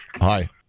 Hi